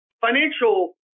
Financial